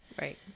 right